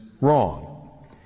wrong